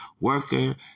worker